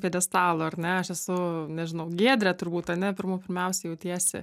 pjedestalo ar ne aš esu nežinau giedre turbūt ane pirmų pirmiausia jautiesi